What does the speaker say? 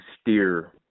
steer